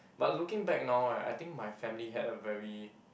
but looking back now right I think my family had a very